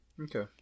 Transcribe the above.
okay